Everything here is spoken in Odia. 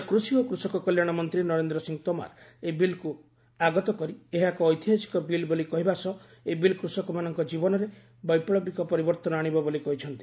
କେନ୍ଦ୍ର କୃଷି ଓ କୃଷକ କଲ୍ୟାଣ ମନ୍ତ୍ରୀ ନରେନ୍ଦ୍ର ସିଂ ତୋମାର ଏହି ବିଲ୍କ୍ ଆଗତ କରି ଏହା ଏକ ଐତିହାସିକ ବିଲ୍ ବୋଲି କହିବା ସହ ଏହି ବିଲ୍ କୃଷକମାନଙ୍କ ଜୀବନରେ ବୈପ୍ଳବୀକ ପରିବର୍ତ୍ତନ ଆଶିବ ବୋଲି କହିଛନ୍ତି